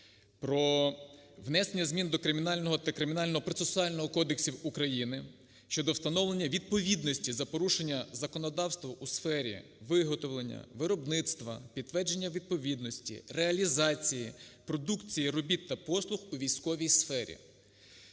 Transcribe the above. про внесення змін до Кримінального та Кримінально-процесуального кодексів України щодо встановлення відповідності за порушення законодавства у сфері виготовлення, виробництва, підтвердження відповідності, реалізації продукції, робіт та послуг у військовій сфері.